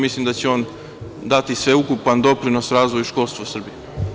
Mislim da će on dati sveukupan doprinos razvoju školstva u Srbiji.